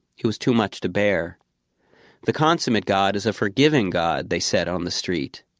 it was too much to bear the consummate god is a forgiving god, they said on the street.